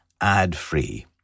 ad-free